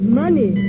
money